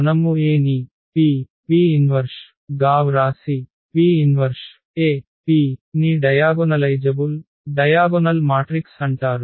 మనము A ని PP 1గా వ్రాసి P 1AP ని డయాగొనలైజబుల్డయాగొనల్ మాట్రిక్స్ అంటారు